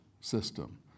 system